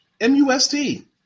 M-U-S-T